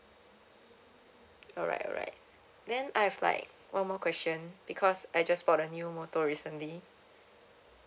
alright alright then I've like one more question because I just bought a new motor recently